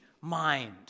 mind